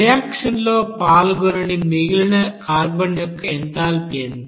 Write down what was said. reaction లో పాల్గొనని మిగిలిన కార్బన్ యొక్క ఎంథాల్పీ ఎంత